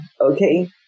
okay